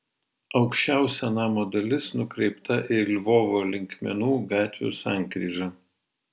aukščiausia namo dalis nukreipta į lvovo linkmenų gatvių sankryžą